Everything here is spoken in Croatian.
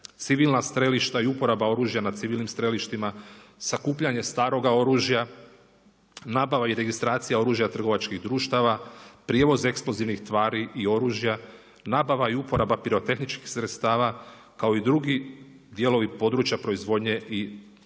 civilna strelišta i uporaba oružja na civilnim strelištima, sakupljanje staroga oružja, nabava i registracija oružja trgovačkih društava, prijevoz eksplozivnih tvari i oružja, nabava i uporaba pirotehničkih sredstava kao i drugi dijelovi područja proizvodnje i prometa